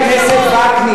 צריך לקנות דירות.